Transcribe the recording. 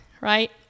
right